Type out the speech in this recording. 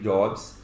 Jobs